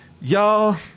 y'all